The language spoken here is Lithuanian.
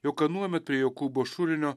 jog anuomet prie jokūbo šulinio